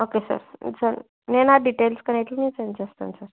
okay sir sir నేను ఆ details అనేది మీకు సెండ్ చేస్తాను సార్